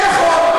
כן נכון.